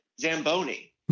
Zamboni